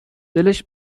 دلش